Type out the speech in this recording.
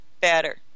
better